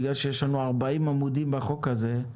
כיוון שיש לנו 40 עמודים בחוק הזה,